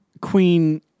Queen